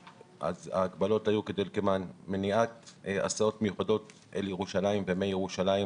ההגבלות היו כדלקמן: מניעת הסעות מיוחדות אל ירושלים ומירושלים,